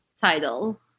title